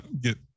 get